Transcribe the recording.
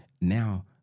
Now